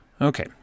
Okay